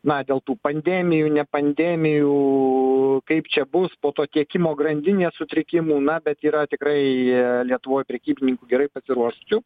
na dėl tų pandemijų pandemijų kaip čia bus po to tiekimo grandinės sutrikimų na bet yra tikrai lietuvoj prekybininkų gerai pasiruošusių